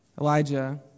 Elijah